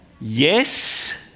Yes